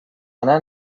anar